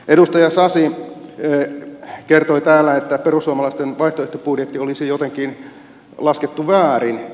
edustaja sasi kertoi täällä että perussuomalaisten vaihtoehtobudjetti olisi jotenkin laskettu väärin